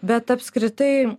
bet apskritai